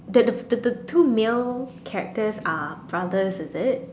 the the the the two male characters are brothers is it